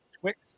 Twix